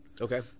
Okay